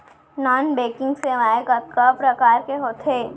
non banking सेवाएं कतका प्रकार के होथे